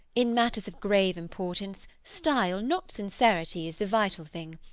in matters of grave importance, style, not sincerity is the vital thing.